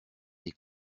des